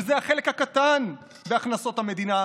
שזה החלק הקטן בהכנסות המדינה,